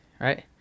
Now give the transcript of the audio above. right